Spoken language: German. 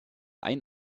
ein